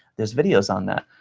there's videos on that.